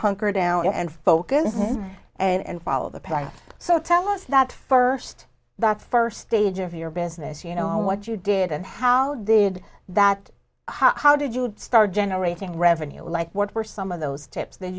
hunker down and focus and follow the path so tell us that first that first stage of your business you know what you did and how did that how did you start generating revenue like what were some of those tips th